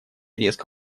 резко